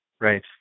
Right